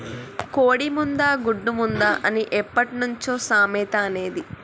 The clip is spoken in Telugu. కోడి ముందా, గుడ్డు ముందా అని ఎప్పట్నుంచో సామెత అనేది